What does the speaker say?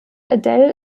adele